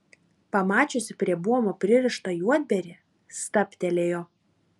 pamačiusi prie buomo pririštą juodbėrį stabtelėjo